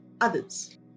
others